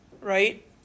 right